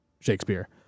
Shakespeare